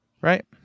Right